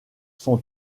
son